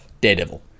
daredevil